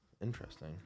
Interesting